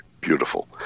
beautiful